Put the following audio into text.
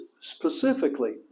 specifically